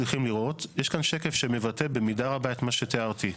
יש כאן שקף שמבטא במידה רבה את מה שתיארתי,